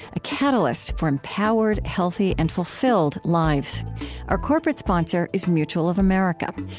a catalyst for empowered, healthy, and fulfilled lives our corporate sponsor is mutual of america.